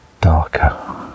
darker